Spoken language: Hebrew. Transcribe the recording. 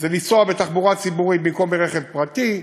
זה לנסוע בתחבורה ציבורית במקום ברכב פרטי.